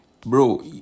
Bro